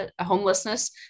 homelessness